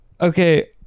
okay